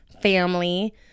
family